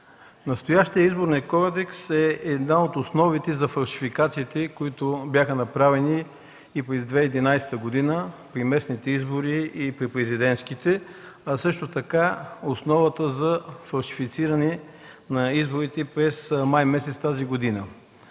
Настоящият Изборен кодекс е една от основите за фалшификациите, които бяха направени през 2011 г. – на местните и на президентските избори, а също така основата за фалшифициране на изборите през май месец тази година.